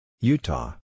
Utah